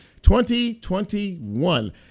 2021